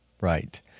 Right